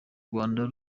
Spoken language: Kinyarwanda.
rwanda